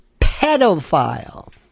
pedophile